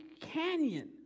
canyon